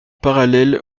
parallèle